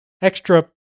Extra